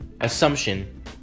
assumption